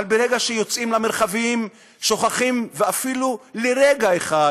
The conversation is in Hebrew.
אבל ברגע שיוצאים למרחבים, שוכחים אפילו לרגע אחד